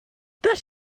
that